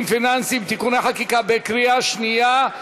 פיננסיים (תיקוני חקיקה) בקריאה שנייה.